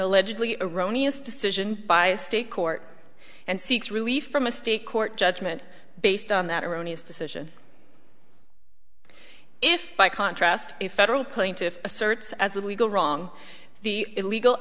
allegedly erroneous decision by a state court and seeks relief from a state court judgment based on that erroneous decision if by contrast a federal plaintiff asserts as a legal wrong the illegal